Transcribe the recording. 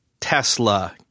tesla